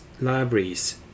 libraries